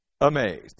amazed